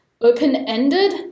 open-ended